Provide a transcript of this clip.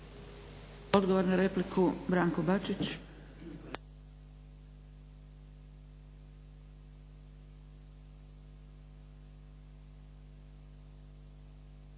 Odgovor na repliku Boro Grubišić.